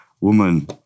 woman